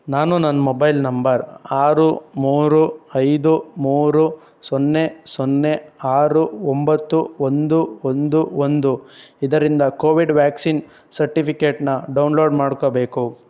ನಾನು ನನ್ನ mobile number ಆರು ಮೂರು ಐದು ಮೂರು ಸೊನ್ನೆ ಸೊನ್ನೆ ಆರು ಒಂಬತ್ತು ಒಂದು ಒಂದು ಒಂದು ಇದರಿಂದ ಕೋವಿಡ್ ವ್ಯಾಕ್ಸಿನ್ ಸಟ್ಟಿಫಿಕೇಟ್ನ ಡೌನ್ಲೋಡ್ ಮಾಡ್ಕೊಬೇಕು